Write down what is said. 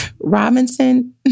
Robinson